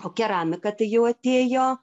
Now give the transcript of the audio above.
o keramika tai jau atėjo